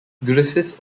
griffiths